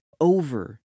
over